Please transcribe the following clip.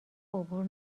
عبور